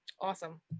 Awesome